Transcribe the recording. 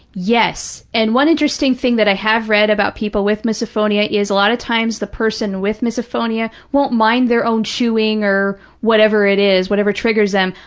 yes. and one interesting thing that i have read about people with misophonia is a lot of times the person with misophonia won't mind their own chewing or whatever it is, whatever triggers them,